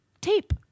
tape